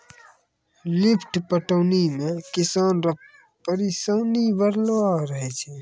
lift पटौनी मे किसान रो परिसानी बड़लो रहै छै